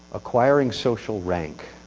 acquiring social rank